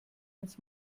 ins